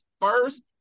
first